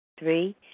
Three